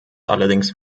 allerdings